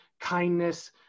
kindness